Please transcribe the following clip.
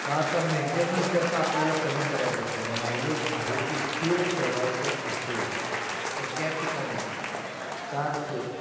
कारचा मेंटेनन्स जर का आपल्याला कमी करायचा असेल मायलेज आहे ते स्थिर ठेवायचं असेल तर त्या ठिकाणी कारचं